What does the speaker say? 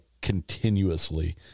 continuously